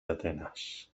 atenas